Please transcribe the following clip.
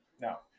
no